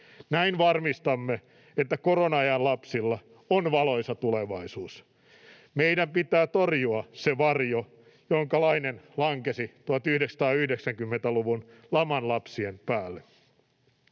Näin varmistamme, että korona-ajan lapsilla on valoisa tulevaisuus. Meidän pitää torjua se varjo, jonkalainen lankesi 1990-luvun laman lapsien päälle.